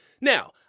Now